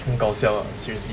很搞笑 lah seriously